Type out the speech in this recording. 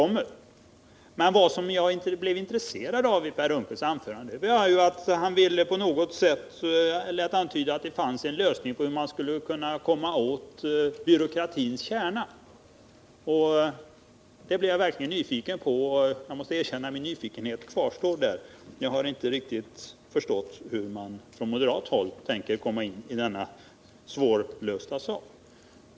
Men vad jag blev intresserad av i Per Unckels anförande var att han på något sätt ville antyda att det fanns en lösning på hur man skulle kunna komma åt byråkratins kärna. Jag blev nyfiken på detta och måste erkänna att min nyfikenhet kvarstår därvidlag. Jag har inte riktigt förstått hur man från moderat håll tänkt sig komma åt denna svårlösta sak.